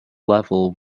level